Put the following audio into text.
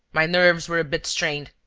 my nerves were a bit strained.